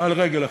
על רגל אחת.